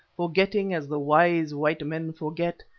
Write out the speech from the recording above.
forgetting, as the wise white men forget,